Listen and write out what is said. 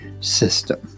system